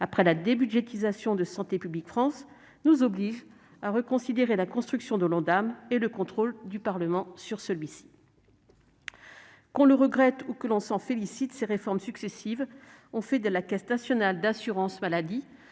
après la débudgétisation de Santé publique France, nous obligent à reconsidérer la construction de l'Ondam et le contrôle du Parlement sur celui-ci. Qu'on le regrette ou que l'on s'en félicite, ces réformes successives ont fait de la Caisse nationale de l'assurance maladie